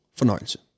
fornøjelse